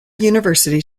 university